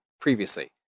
previously